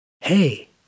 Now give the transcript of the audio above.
hey